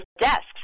desks